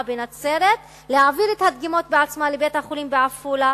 בנצרת ולהעביר את הדגימות בעצמה לבית-החולים בעפולה,